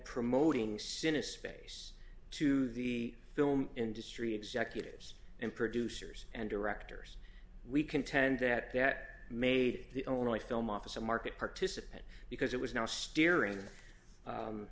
promoting sin a space to the film industry executives and producers and directors we contend that that made it the only film office and market participant because it was now steering